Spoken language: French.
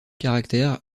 caractères